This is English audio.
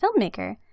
filmmaker